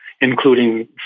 including